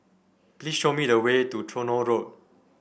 please show me the way to Tronoh Road